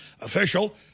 official